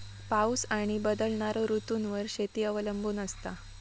पाऊस आणि बदलणारो ऋतूंवर शेती अवलंबून असता